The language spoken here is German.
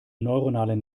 neuronale